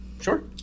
Sure